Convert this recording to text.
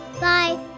Bye